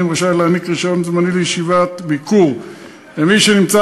רשאי להעניק "רישיון זמני לישיבת ביקור למי שנמצא